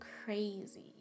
crazy